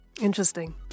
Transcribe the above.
Interesting